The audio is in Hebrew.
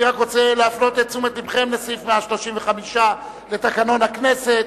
אני רק רוצה להפנות את תשומת לבכם לסעיף 135 לתקנון הכנסת.